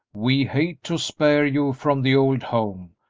we hate to spare you from the old home,